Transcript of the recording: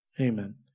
Amen